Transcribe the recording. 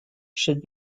should